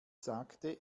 sagte